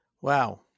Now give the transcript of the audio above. Wow